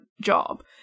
job